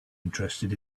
interested